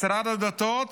משרד הדתות